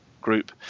group